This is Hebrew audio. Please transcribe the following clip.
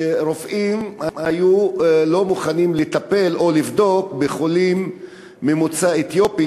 שרופאים לא היו מוכנים לטפל בחולים או לבדוק חולים ממוצא אתיופי,